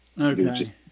Okay